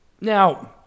Now